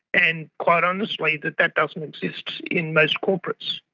and quite honestly that that doesn't exist in most corporates.